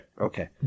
Okay